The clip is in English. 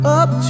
up